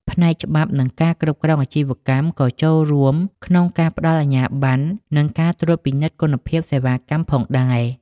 ផ្នែកច្បាប់ និងការគ្រប់គ្រងអាជីវកម្មក៏ចូលរួមក្នុងការផ្ដល់អាជ្ញាប័ណ្ណ និងការត្រួតពិនិត្យគុណភាពសេវាកម្មផងដែរ។